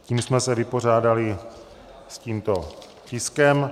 Tím jsme se vypořádali s tímto tiskem.